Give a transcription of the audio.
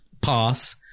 pass